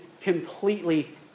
completely